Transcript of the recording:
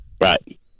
Right